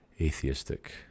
atheistic